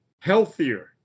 healthier